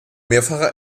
mehrfacher